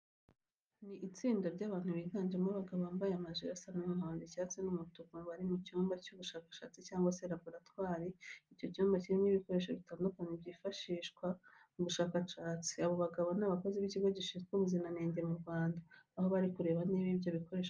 Ni itsinda ry'abantu biganjemo abagabo bambaye amajire asa umuhondo, icyatsi n'umutuku, bari mu cyumba cy'ubushakashatsi cyangwa se laboratwari. Icyo cyumba kirimo ibikoresho bitandukanye byifashishwa mu bushakashatsi. Abo bagabo ni abakozi b'Ikigo gishinzwe ubuziranenge mu Rwanda, aho bari kureba niba ibyo bikoresho bifite ubuziranenge.